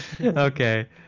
Okay